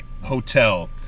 hotel